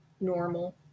normal